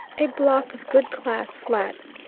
a block of good-class flats,